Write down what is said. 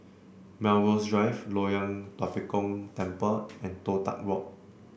Melrose Drive Loyang Tua Pek Kong Temple and Toh Tuck Walk